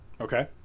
Okay